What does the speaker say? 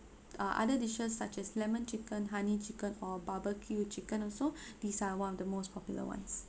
uh other dishes such as lemon chicken honey chicken or barbecue chicken also these are one of the most popular ones